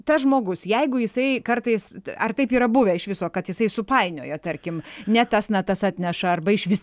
tas žmogus jeigu jisai kartais ar taip yra buvę iš viso kad jisai supainioja tarkim ne tas natas atneša arba išvis